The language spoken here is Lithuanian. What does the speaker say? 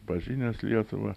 pažinęs lietuvą